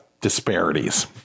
disparities